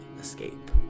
escape